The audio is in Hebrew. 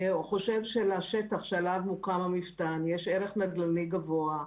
חושב שלשטח שעליו מוקם המפתן יש ערך נדל"ני גבוה,